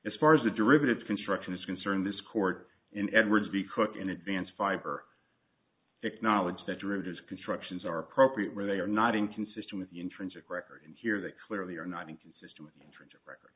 as far as the derivative construction is concerned this court in edwards the cook in advance fiber acknowledged that derivatives constructions are appropriate where they are not inconsistent with the intrinsic record here that clearly are not inconsistent with